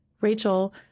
Rachel